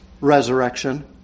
resurrection